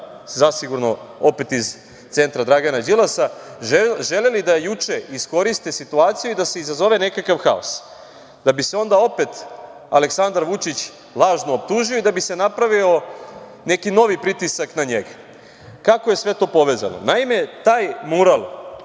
zasigurno opet iz centra Dragana Đilasa želeli da juče iskoriste situaciju i da se izazove nekakav haos, da bi se onda opet Aleksandar Vučić lažno optužio i da bi se napravio neki novi pritisak na njega. Kako je to sve povezano? Naime, taj mural